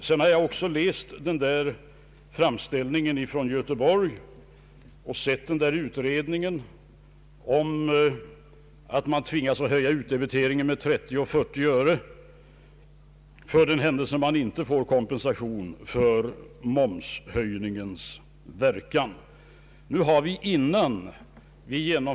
Jag har också läst framställningen från Göteborg och sett utredningen om att staden tvingas höja utdebiteringen med 30 eller 40 öre för den händelse den inte får kompensation för momshöjningens verkan.